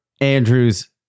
Andrews